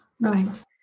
right